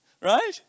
right